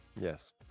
Yes